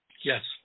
Yes